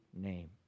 name